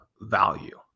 value